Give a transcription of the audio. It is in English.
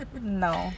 no